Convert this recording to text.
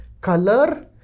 Color